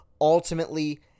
ultimately